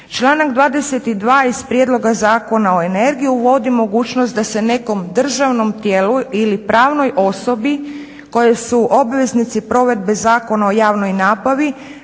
Članak 22. iz Prijedloga zakona o energiji uvodi mogućnost da se nekom državnom tijelu ili pravnoj osobi kojoj su obveznici provedbe zakona o javnoj nabavi